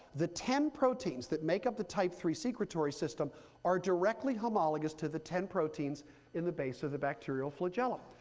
the ten proteins that make up the type three secretory system are directly homologous to the ten proteins in the base of the bacterial flagellum.